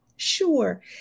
Sure